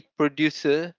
producer